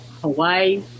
Hawaii